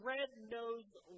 Red-Nosed